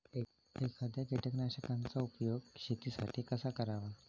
एखाद्या कीटकनाशकांचा उपयोग शेतीसाठी कसा करावा?